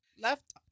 left